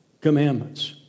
Commandments